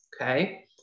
Okay